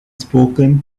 spoken